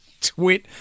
twit